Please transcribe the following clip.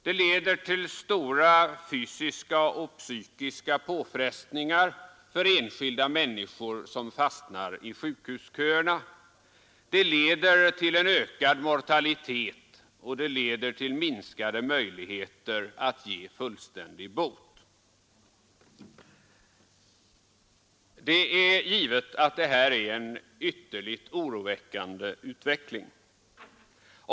Det leder också till stora fysiska och psykiska påfrestningar för enskilda människor som fastnar i sjukhusköerna, till ökad mortalitet och till minskade möjligheter att ge fullständig bot. Detta är givetvis en ytterligt oroväckande utveckling.